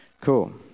Cool